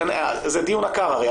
זה דיון עקר הרי,